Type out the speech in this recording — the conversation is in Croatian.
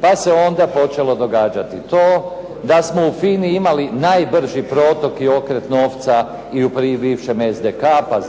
Pa se onda počelo događati to da smo u FINA-i imali najbrži protok i okret novca i u bivšem "SDK"-a,